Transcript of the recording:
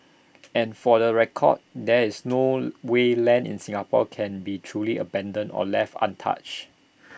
and for the record there is no way land in Singapore can be truly abandoned or left untouched